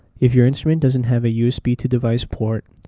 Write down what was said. if your instrument doesn't have a usb to device port,